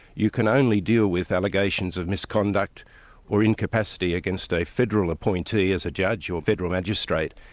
you can only deal with allegations of misconduct or incapacity against a federal appointee as a judge or federal magistrate,